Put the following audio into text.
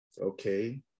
Okay